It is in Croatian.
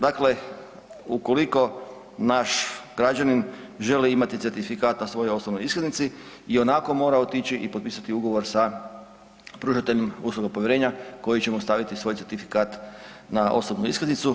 Dakle, ukoliko naš građanin želi imati certifikat na svojoj osobnoj iskaznici ionako mora otići i potpisati ugovor sa pružateljem usluga povjerenja koji će mu staviti svoj certifikat na osobnu iskaznicu.